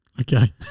Okay